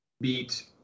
beat